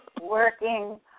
working